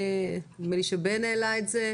נדמה לי שבן העלה את זה,